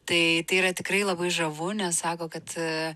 tai tai yra tikrai labai žavu nes sako kad